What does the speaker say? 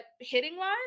hitting-wise